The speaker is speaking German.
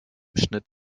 schnitt